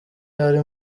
ari